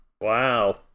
wow